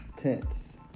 tense